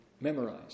memorize